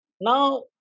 Now